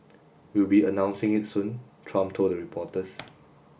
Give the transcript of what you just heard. we'll be announcing it soon Trump told reporters